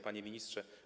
Panie Ministrze!